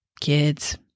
kids